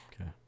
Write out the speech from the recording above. Okay